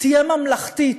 תהיה ממלכתית,